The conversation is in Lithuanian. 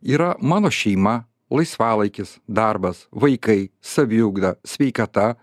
yra mano šeima laisvalaikis darbas vaikai saviugda sveikata